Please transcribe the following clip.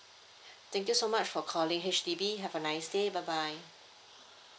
thank you so much for calling H_D_B have a nice day bye bye